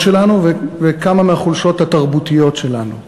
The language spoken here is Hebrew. שלנו וכמה מהחולשות התרבותיות שלנו.